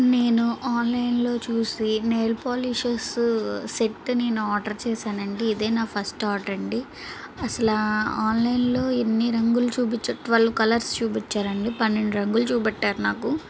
నేను ఆన్లైన్లో చూసి నెయిల్ పోలిషెస్ సెట్ నేను ఆర్డర్ చేశానండి ఇదే నా ఫస్ట్ ఆర్డర్ అండి అసలు ఆన్లైన్లో ఇన్ని రంగులు చూపించడం ట్వెల్ కలర్స్ చూపించారండి పన్నెండు రంగులు చూపెట్టారు నాకు